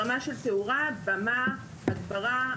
ברמה של תאורה, במה, הגברה.